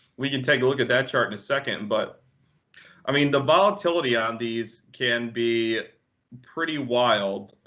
we can take a look at that chart in a second. but i mean the volatility on these can be pretty wild,